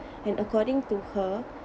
and according to her